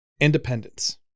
independence